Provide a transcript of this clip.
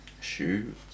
Shoes